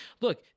look